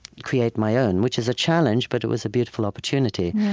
create my own, which is a challenge, but it was a beautiful opportunity.